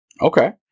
Okay